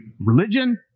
religion